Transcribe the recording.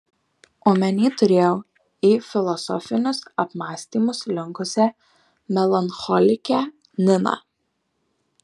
omeny turėjau į filosofinius apmąstymus linkusią melancholikę niną